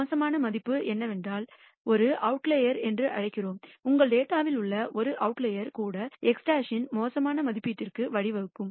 மோசமான மதிப்பு என்னவென்றால் ஒரு அவுட்லயர்ஸ் என்று அழைக்கிறோம் உங்கள் டேட்டாவில் உள்ள ஒரு அவுட்லயர்ஸ் கூட x̅ இன் மோசமான மதிப்பீட்டிற்கு வழிவகுக்கும்